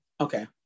okay